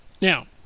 Now